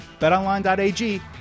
BetOnline.ag